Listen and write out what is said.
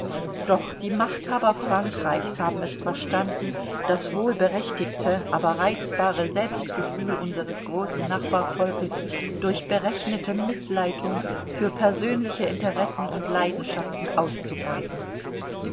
doch die machthaber frankreichs haben es verstanden das wohlberechtigte aber reizbare selbstgefühl unseres großen nachbarvolkes durch berechnete mißleitung für persönliche interessen und leidenschaften auszubeuten